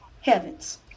heavens